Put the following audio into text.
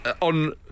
on